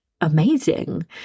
amazing